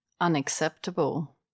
unacceptable